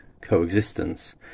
coexistence